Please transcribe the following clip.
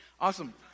awesome